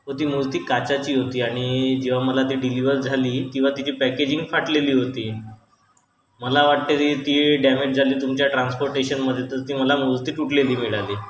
व ती मूर्ती काचेची होती आणि जेव्हा मला ती डिलिवर झाली तेव्हा तिची पॅकेजिंग फाटलेली होती मला वाटते री ती डॅमेज झाली तुमच्या ट्रान्स्पोर्टेर्शनमध्ये तर ती मला मूर्ती तुटलेली मिळाली